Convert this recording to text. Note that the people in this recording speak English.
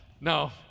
no